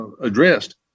addressed